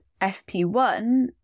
FP1